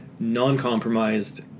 Non-compromised